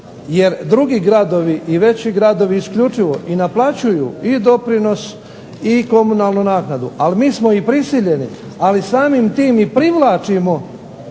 jer drugi gradovi i veći gradovi isključivo i naplaćuju i doprinos i komunalnu naknadu, ali mi smo i prisiljeni, ali samim tim i privlačimo